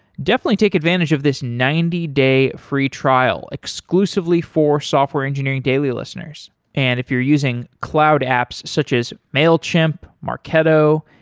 definitely take advantage of this ninety day free trial exclusively for software engineering daily listeners and if you're using cloud apps such as mailchimp, marketo,